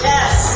Yes